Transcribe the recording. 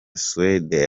suede